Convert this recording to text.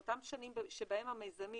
באותן שנים שבהן המיזמים